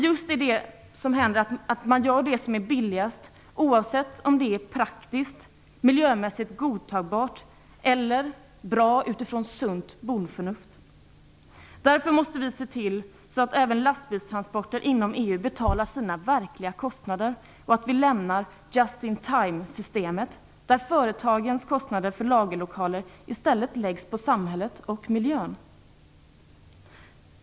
Man gör det som är billigast, oavsett om det är praktiskt, miljömässigt godtagbart eller bra utifrån sunt bondförnuft. Därför måste vi se till att även lastbilstransporter inom EU betalar sina verkliga kostnader och att vi lämnar justin-time-systemet, där företagens kostnader för lagerlokaler i stället läggs på samhället och miljön.